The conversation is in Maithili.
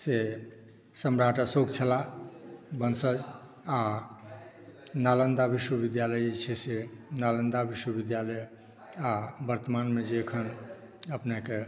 से सम्राट अशोक छलाह वंशज आ नालन्दा विश्वविद्यालय जे छै से नालन्दा विश्वविद्यालय आ वर्तमानमे जे एखन अपनेकेँ